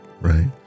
Right